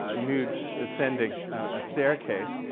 ah nude descending a staircase,